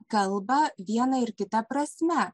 kalba viena ir kita prasme